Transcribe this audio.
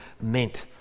meant